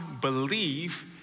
believe